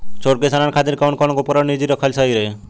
छोट किसानन खातिन कवन कवन उपकरण निजी रखल सही ह?